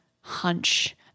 hunch